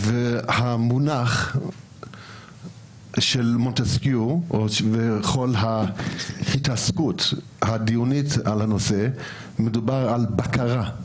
במונח של מונטסקייה או בהתעסקות הדיונית בנושא מדובר על בקרה.